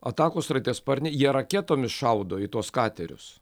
atakos sraigtasparniai jie raketomis šaudo į tuos katerius